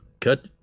Cut